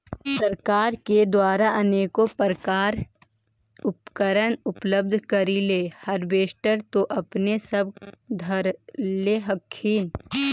सरकार के द्वारा अनेको प्रकार उपकरण उपलब्ध करिले हारबेसटर तो अपने सब धरदे हखिन?